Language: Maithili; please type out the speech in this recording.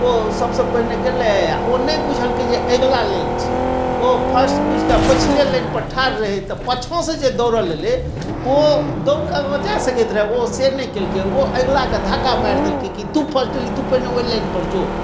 ओ सबसे पहिने गेलै आ ओ नहि बुझलकै जे अगला लाइन छियै ओ फर्स्ट बुझिके पछिले लाइन पर ठाडढ़ रहै तऽ पाछाँ से जे दौड़ल एलै ओ दौड़के जा सकैत रहै ओ से नहि केलकै ओ अगलाके धक्का मारि देलकै कि तू फर्स्ट एलिही तू पहिने ओ लाइन पर जो